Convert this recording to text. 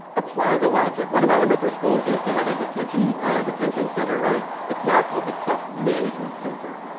apply the logic. one of my elementary schools used to have a detention detention center, right? it's now called the self-management center.